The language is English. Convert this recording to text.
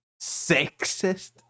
sexist